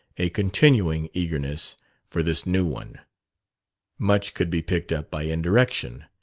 a continuing eagerness for this new one much could be picked up by indirection,